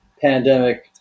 pandemic